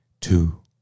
two